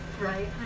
Right